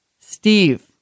Steve